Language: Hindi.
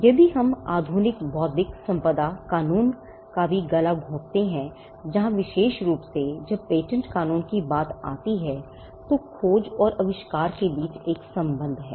यदि हम आधुनिक बौद्धिक संपदा कानून का भी गला घोंटते हैं जहां विशेष रूप से जब पेटेंट कानून की बात आती है तो खोज और आविष्कार के बीच एक संबंध है